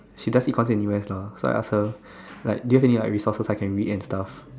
she does econs in U_S lah so I ask her like do you have any resources I can read and stuff